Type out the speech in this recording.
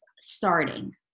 Starting